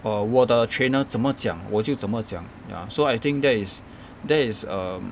err 我的 trainer 怎么讲我就怎么讲 ya so I think that is that is um